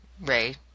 Ray